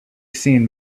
seen